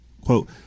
Quote